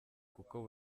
kuko